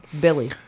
billy